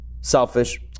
selfish